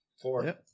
Four